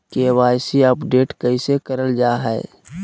KYC update कैसे करल जाहै?